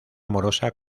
amorosa